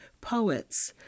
poets